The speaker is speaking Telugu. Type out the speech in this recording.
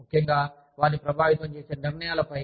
ముఖ్యంగావారిని ప్రభావితం చేసే నిర్ణయాలపై